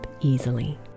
easily